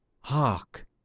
Hark